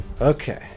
Okay